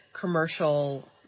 commercial